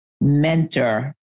mentor